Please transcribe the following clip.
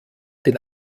den